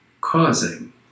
causing